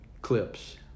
clips